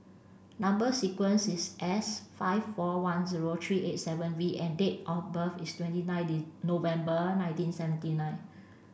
number sequence is S five four one zero three eight seven V and date of birth is twenty November nineteen seventy nine